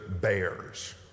bears